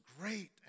great